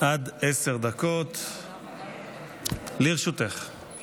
אנא להוסיף לפרוטוקול את